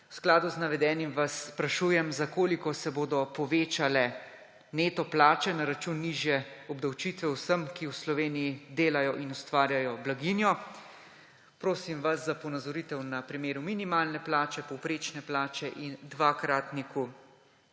v skladu z navedenim vas sprašujem: Za koliko se bodo povečale neto plače na račun nižje obdavčitve vsem, ki v Sloveniji delajo in ustvarjajo blaginjo? Prosim vas za ponazoritev na primeru minimalne plače, povprečne plače in dvakratniku